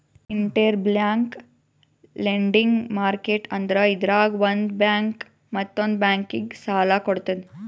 interbank lending market ಅಂದ್ರ ಇದ್ರಾಗ್ ಒಂದ್ ಬ್ಯಾಂಕ್ ಮತ್ತೊಂದ್ ಬ್ಯಾಂಕಿಗ್ ಸಾಲ ಕೊಡ್ತದ್